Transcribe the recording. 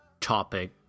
topic